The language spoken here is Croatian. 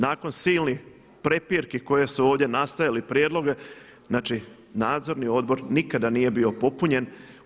Nakon silnih prepirki koji su ovdje nastajali, prijedloge znači Nadzorni odbor nikada nije bio popunjen.